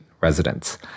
residents